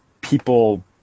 people